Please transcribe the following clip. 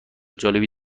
جالبی